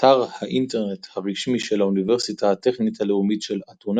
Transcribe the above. אתר האינטרנט הרשמי של האוניברסיטה הטכנית הלאומית של אתונה